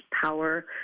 power